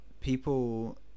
people